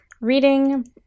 reading